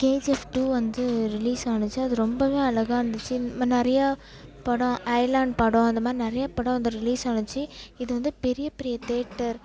KGF two வந்து release ஆணுச்சு அது ரொம்பவே அழகா இருந்துச்சு நம்ம நிறையா படம் அயலான் படம் அந்த மாதிரி நிறைய படம் வந்து ரிலீஸ் ஆணுச்சு இது வந்து பெரிய பெரிய தேட்டர்